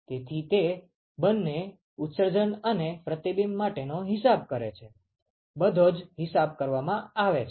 તેથી તે બંને ઉત્સર્જન અને પ્રતિબિંબ માટેનો હિસાબ કરે છે બધો જ હિસાબ કરવામાં આવે છે